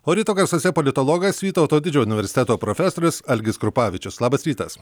o ryto garsuose politologas vytauto didžiojo universiteto profesorius algis krupavičius labas rytas